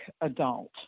adult